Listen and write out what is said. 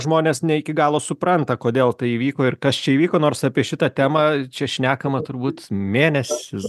žmonės ne iki galo supranta kodėl tai įvyko ir kas čia įvyko nors apie šitą temą čia šnekama turbūt mėnesius